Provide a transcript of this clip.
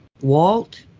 Walt